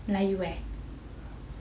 melayu eh